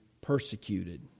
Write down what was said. persecuted